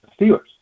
Steelers